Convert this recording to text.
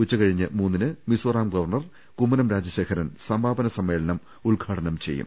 ഉച്ചകഴിഞ്ഞ് മൂന്നിന് മിസോറാം ഗവർണർ കുമ്മനം രാജശേഖരൻ സമാപന സമ്മേളനം ഉദ്ഘാടനം ചെയ്യും